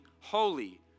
holy